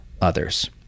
others